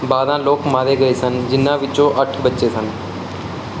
ਬਾਰ੍ਹਾਂ ਲੋਕ ਮਾਰੇ ਗਏ ਸਨ ਜਿਨ੍ਹਾਂ ਵਿੱਚੋਂ ਅੱਠ ਬੱਚੇ ਸਨ